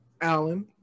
Alan